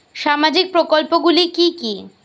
সামাজিক প্রকল্পগুলি কি কি?